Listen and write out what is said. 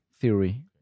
theory